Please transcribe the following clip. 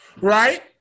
right